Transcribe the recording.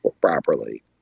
properly